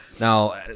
now